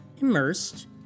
Immersed